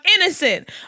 innocent